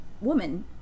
woman